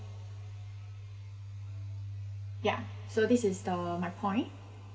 ya so this is the my point